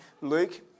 Luke